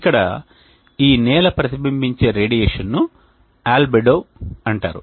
ఇక్కడ ఈ నేల ప్రతిబింబించే రేడియేషన్ను ఆల్బెడో అంటారు